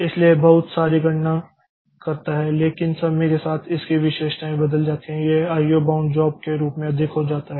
इसलिए यह बहुत सारी गणना करता है लेकिन समय के साथ इसकी विशेषताएं बदल जाती हैं यह IO बाउंड जॉब के रूप में अधिक हो जाता है